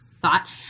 thought